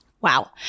Wow